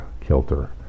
kilter